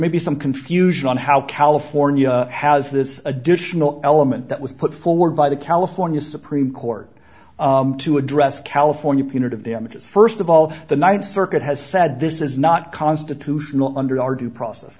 may be some confusion on how california has this additional element that was put forward by the california supreme court to address california punitive damages first of all the ninth circuit has said this is not constitutional under our due process